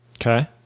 Okay